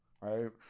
right